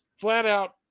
flat-out